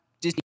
Disney